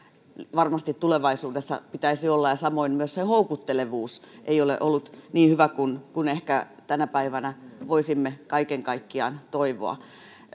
varmasti tulevaisuudessa pitäisi olla ja samoin houkuttelevuus ei ole ollut niin hyvä kuin ehkä tänä päivänä voisimme kaiken kaikkiaan toivoa puhemies